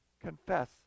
confess